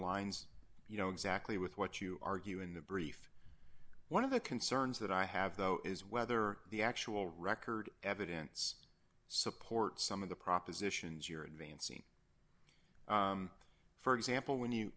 aligns you know exactly with what you argue in the brief one of the concerns that i have though is whether the actual record evidence supports some of the propositions you're advancing for example when you